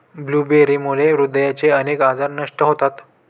ब्लूबेरीमुळे हृदयाचे अनेक आजार नष्ट होतात